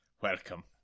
Welcome